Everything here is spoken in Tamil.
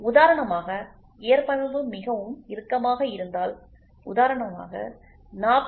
உதாரணமாக ஏற்பமைவு மிகவும் இறுக்கமாக இருந்தால் உதாரணமாக 40